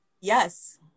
Yes